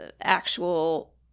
actual